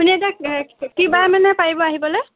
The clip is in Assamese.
আপুনি এতিয়া কি বাৰমানে পাৰিব আহিবলৈ